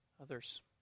others